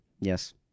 Yes